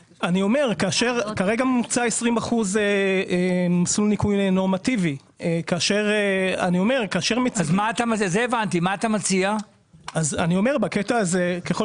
כרגע מוצע מסלול ניכוי נורמטיבי של 20%. ככל